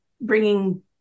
bringing